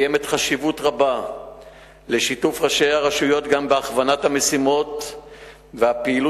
יש חשיבות רבה לשיתוף ראשי הרשויות בהכוונת המשימות והפעילות